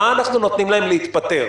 מה אנחנו נותנים להם להתפטר?